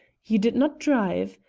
you did not drive?